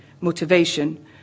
motivation